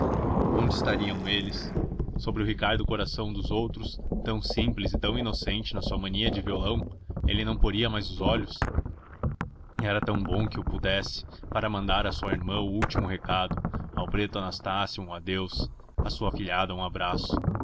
onde estariam eles sobre o ricardo coração dos outros tão simples e tão inocente na sua mania de violão ele não poria mais os olhos era tão bom que o pudesse para mandar à sua irmã o último recado ao preto anastácio um adeus à sua afilhada um abraço